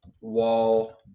Wall